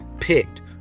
picked